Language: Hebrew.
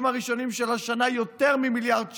הראשונים של השנה יותר ממיליארד שקל,